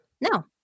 No